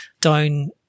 down